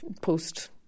post